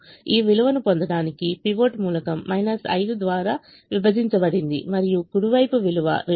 ఈ విలువలను పొందడానికి పివట్ మూలకం 5 ద్వారా విభజించబడింది మరియు కుడి వైపు విలువ 2